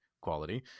quality